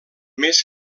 més